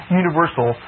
universal